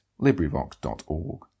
LibriVox.org